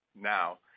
now